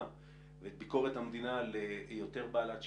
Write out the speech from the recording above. ואת ביקורת המדינה ליותר בעלת שיניים.